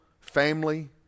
family